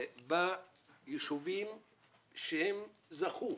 ביישובים שזכו